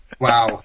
Wow